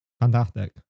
fantastic